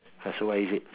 ah so what is it